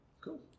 Cool